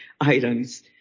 items